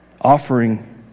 Offering